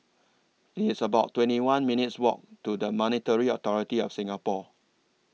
It's about twenty one minutes' Walk to The Monetary Authority of Singapore